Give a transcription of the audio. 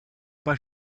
pas